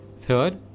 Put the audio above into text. Third